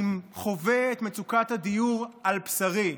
אני חווה את מצוקת הדיור על בשרי.